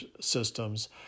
systems